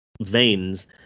veins